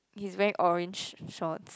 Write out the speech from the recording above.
he's wearing orange shorts